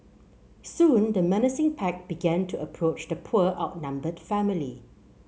soon the menacing pack began to approach the poor outnumbered family